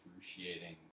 excruciating